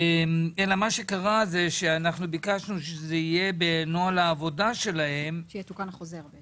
מה שקרה זה שביקשנו שזה יהיה בנוהל העבודה שלהם -- שיתוקן החוזר.